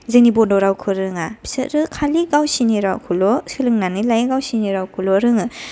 जोंनि बड' रावखौ रोङा फिसोरो खालि गावसिनि रावखौल' सोलोंनानै लायो गावसिनि रावखौल' रोङो